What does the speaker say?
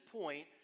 point